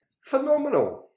phenomenal